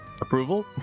Approval